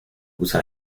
usa